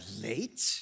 late